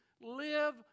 live